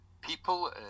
people